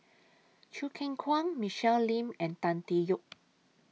Choo Keng Kwang Michelle Lim and Tan Tee Yoke